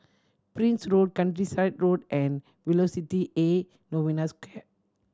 Prince Road Countryside Road and Velocity A Novena Square